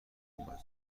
اومد